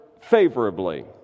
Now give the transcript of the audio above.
favorably